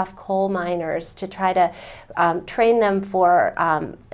off coal miners to try to train them for